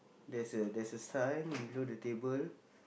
there's a there's a sign below the table